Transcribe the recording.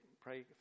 pray